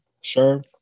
Sure